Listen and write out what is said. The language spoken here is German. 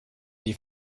die